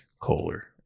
Kohler